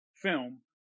film